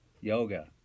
yoga